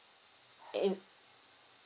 and in~